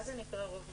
מה זה נקרא רוב מכריע?